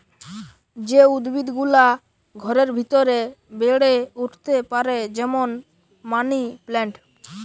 যে উদ্ভিদ গুলা ঘরের ভিতরে বেড়ে উঠতে পারে যেমন মানি প্লান্ট